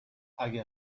اگه